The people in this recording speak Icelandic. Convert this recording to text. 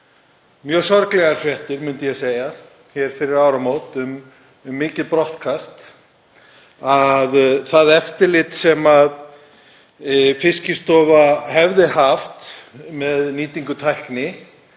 mjög sorglegar fréttir, myndi ég segja, fyrir áramót um mikið brottkast. Það eftirlit sem Fiskistofa hefði haft með nýtingu tækni